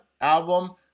album